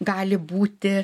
gali būti